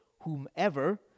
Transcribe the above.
whomever